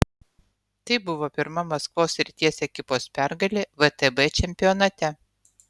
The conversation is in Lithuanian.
tai buvo pirma maskvos srities ekipos pergalė vtb čempionate